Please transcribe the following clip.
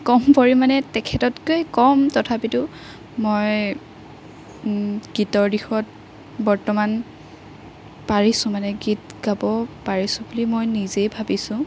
কম পৰিমাণে তেখেততকৈ কম তথাপিতো মই গীতৰ দিশত বৰ্তমান পাৰিছোঁ মানে গীত গাব পাৰিছোঁ বুলি মই নিজেই ভাবিছোঁ